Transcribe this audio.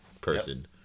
person